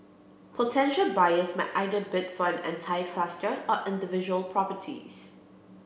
potential buyers may either bid for an entire cluster or individual properties